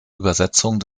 übersetzung